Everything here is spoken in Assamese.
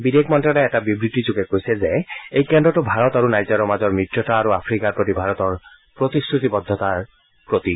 বিদেশ মন্ত্যালয়ে এটা বিবৃতিযোগে কৈছে যে এই কেন্দ্ৰটো ভাৰত আৰু নাইজাৰৰ মাজৰ মিত্ৰতা আৰু আফ্ৰিকাৰ প্ৰতি ভাৰতৰ প্ৰতিশ্ৰুতিবদ্ধতাৰ প্ৰতীক